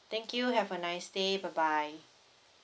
thank you have a nice day bye bye